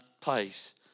place